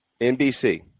NBC